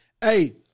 Hey